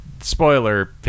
spoiler